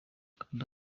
kanda